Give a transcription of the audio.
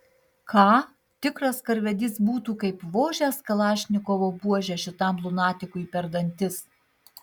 ką tikras karvedys būtų kaip vožęs kalašnikovo buože šitam lunatikui per dantis